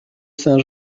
saint